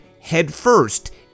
headfirst